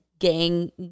gang